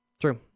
True